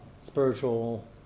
spiritual